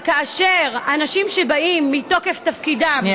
אבל כאשר אנשים שבאים מתוקף תפקידם לזירה,